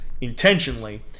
Intentionally